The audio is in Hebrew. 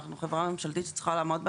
אנחנו חברה ממשלתית שצריכה לעמוד בהם.